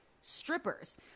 strippers